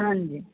ਹਾਂਜੀ